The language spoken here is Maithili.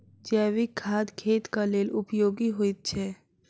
जैविक खाद खेतक लेल उपयोगी होइत छै